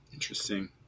Interesting